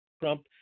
Trump